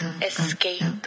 Escape